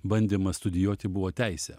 bandymas studijuoti buvo teisė